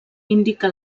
indica